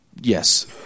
Yes